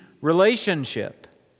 relationship